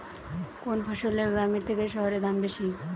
কোন ফসলের গ্রামের থেকে শহরে দাম বেশি?